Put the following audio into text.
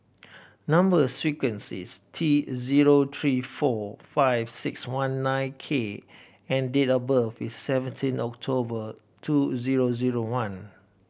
number sequence is T zero three four five six one nine K and date of birth is seventeen October two zero zero one